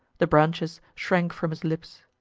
the branches shrank from his lips.